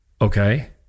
Okay